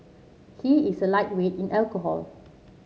he is a lightweight in alcohol